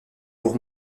pour